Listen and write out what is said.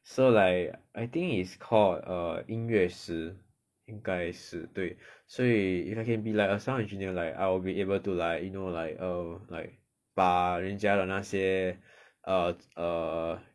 so like I think is called err 音乐室应该是对所以 if I can be like a sound engineer like I'll be able to like you know like err like 把人家的那些 err err